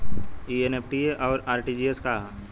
ई एन.ई.एफ.टी और आर.टी.जी.एस का ह?